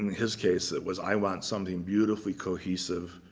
his case it was, i want something beautifully cohesive,